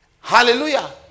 hallelujah